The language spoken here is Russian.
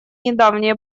недавние